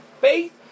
faith